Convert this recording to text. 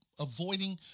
avoiding